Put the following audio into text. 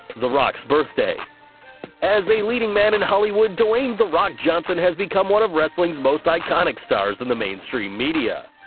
the rock's birthday as a leading man in hollywood dwayne the rock johnson has become one of wrestling's most iconic stars in the mainstream media.